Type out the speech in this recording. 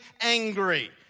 angry